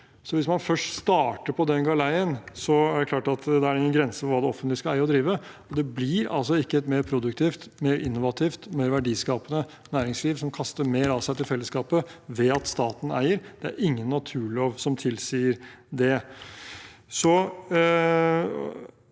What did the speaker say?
Hvis man først starter på den galeien, er det klart at det ikke er noen grense for hva det offentlige skal eie og drive. Det blir ikke et mer produktivt, mer innovativt og mer verdiskapende næringsliv, som kaster mer av seg til fellesskapet, ved at staten eier. Det er ingen naturlov som tilsier det.